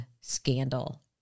scandal